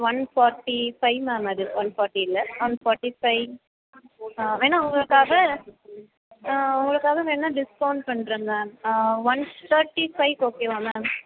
one forty five ma'am அது one forty இல்லை one forty five வேணுனா உங்களுக்காக உங்களுக்காக வேணுனா டிஸ்கவுண்ட் பண்ணுறேன் மேம் ஒன் தேட்டி ஃபைவுக்கு ஓகேவா மேம்